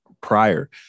prior